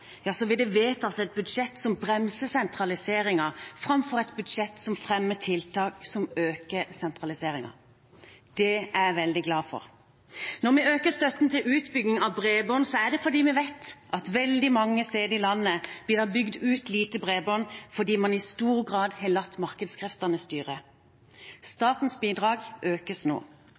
vil det vedtas et budsjett som bremser sentraliseringen, framfor et budsjett som fremmer tiltak som øker sentraliseringen. Det er jeg veldig glad for. Når vi øker støtten til utbygging av bredbånd, er det fordi vi vet at det veldig mange steder i landet blir bygd ut lite bredbånd fordi man i stor grad har latt markedskreftene styre. Statens bidrag økes nå.